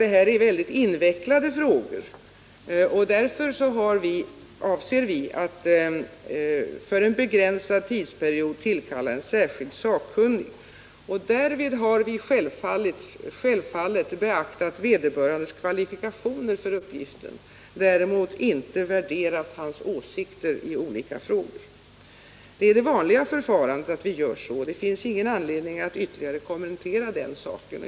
Däremot är detta väldigt invecklade frågor, och därför avser vi att för en begränsad tidsperiod tillkalla en särskild sakkunnig. Därvid har vi självfallet beaktat vederbörandes kvalifikationer för uppgiften. Däremot har vi inte värderat hans åsikter i olika frågor. Detta är ett vanligt förfarande, och det finns därför ingen anledning att ytterligare kommentera den saken.